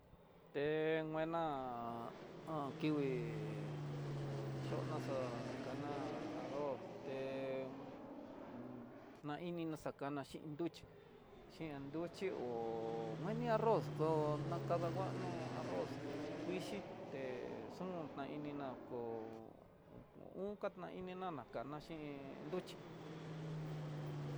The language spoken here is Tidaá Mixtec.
Té nguena an kingui he xhonaxá, ana arroz té na inino xakana xhin nruchí, xhin nruchi hó mini arroz ko nakada nguano arroz kuixhi té, xon ta ininá kó unkata ini nana kana xhin nruchí.